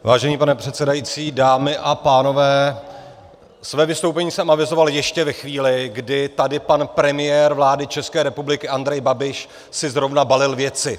Vážený pane předsedající, dámy a pánové, své vystoupení jsem avizoval ještě ve chvíli, kdy si tady pan premiér vlády České republiky Andrej Babiš zrovna balil věci.